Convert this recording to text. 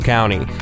County